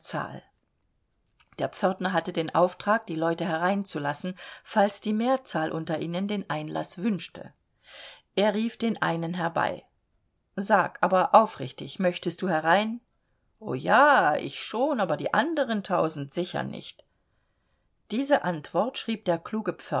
der pförtner hatte den auftrag die leute hereinzulassen falls die mehrzahl unter ihnen den einlaß wünschte er rief den einen herbei sag aber aufrichtig möchtest du herein o ja ich schon aber die andern tausend sicher nicht diese antwort schrieb der kluge